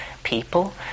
People